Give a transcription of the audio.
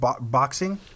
boxing